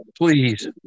please